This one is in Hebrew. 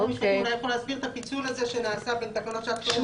עוד מישהו שאולי יכול הסביר את הפיצול הזה שנעשה בין תקנות שעת חירום,